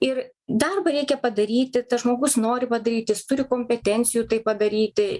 ir darbą reikia padaryti tas žmogus nori padaryt jis turi kompetencijų tai padaryti